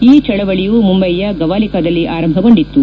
ಈ ಚಳವಳಯು ಮುಂಬೈಯ ಗವಾಲಿಕಾದಲ್ಲಿ ಆರಂಭಗೊಂಡಿತು